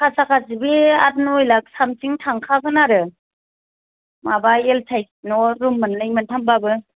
खासा खासि बे आट नय लाख सामथिं थांखागोन आरो माबा एल साइस न' रुम मोन्नै मोनथामबाबो